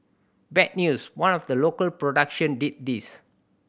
bad news one of the local production did this